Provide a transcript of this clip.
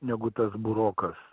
negu tas burokas